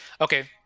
Okay